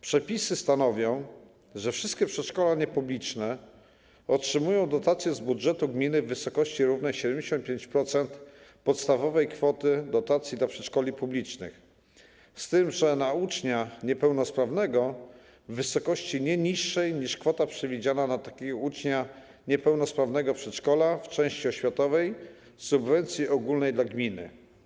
Przepisy stanowią, że wszystkie przedszkola niepubliczne otrzymują dotacje z budżetu gminy w wysokości równej 75% podstawowej kwoty dotacji dla przedszkoli publicznych, z tym że na ucznia niepełnosprawnego - w wysokości nie niższej niż kwota przewidziana na ucznia niepełnosprawnego przedszkola w części oświatowej subwencji ogólnej dla gminy.